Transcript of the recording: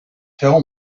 tell